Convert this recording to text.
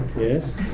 Yes